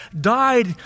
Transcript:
died